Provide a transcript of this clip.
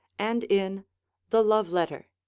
and in the love letter.